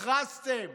הכרזתם,